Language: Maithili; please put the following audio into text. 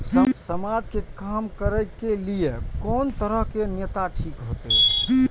समाज के काम करें के ली ये कोन तरह के नेता ठीक होते?